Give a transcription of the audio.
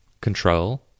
control